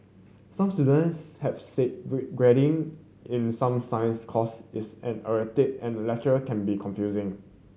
some students have said grading in some science course is an erratic and lecture can be confusing